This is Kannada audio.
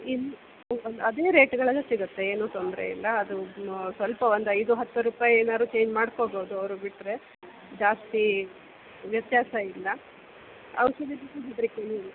ಇಲ್ಲ ಒಂದು ಅದೇ ರೇಟ್ಗಳಲ್ಲೇ ಸಿಗುತ್ತೆ ಏನೂ ತೊಂದರೆಯಿಲ್ಲ ಅದು ಸ್ವಲ್ಪ ಒಂದು ಐದು ಹತ್ತು ರೂಪಾಯಿ ಏನಾದ್ರು ಚೇಂಜ್ ಮಾಡ್ಕೋಬೋದು ಅವರು ಬಿಟ್ಟರೆ ಜಾಸ್ತಿ ವ್ಯತ್ಯಾಸ ಇಲ್ಲ ಔಷಧಿ ಕೇಳಿ